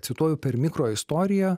cituoju per mikroistoriją